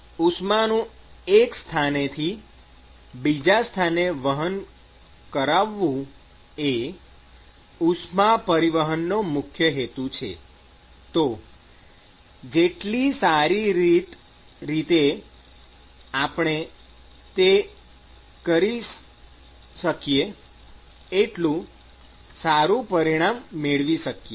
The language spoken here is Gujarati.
ઉષ્માનું એક સ્થાને થી બીજા સ્થાને વહન કરાવવું એ ઉષ્મા પરિવહનનો મુખ્ય હેતુ છે તો જેટલી સારી રીતે આપણે તે કરી શાલી એટલું સારું પરિણામ મેળવી શકીએ